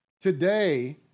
Today